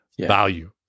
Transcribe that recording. value